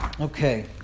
Okay